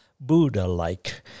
Buddha-like